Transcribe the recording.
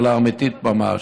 אלא אמיתי ממש.